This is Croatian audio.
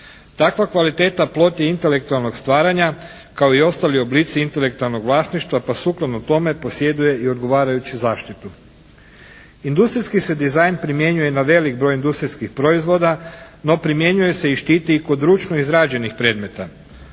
Takva kvaliteta plod je intelektualnog stvaranja kao i ostali oblici intelektualnog vlasništva pa sukladno tome posjeduje i odgovarajuću zaštitu. Industrijski se dizajn primjenjuje na velik broj industrijskih proizvoda, no primjenjuje se i štiti kod ručno izrađenih predmeta.